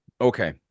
okay